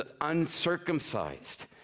uncircumcised